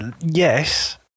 yes